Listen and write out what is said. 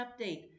update